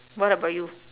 what about you